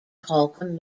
holcomb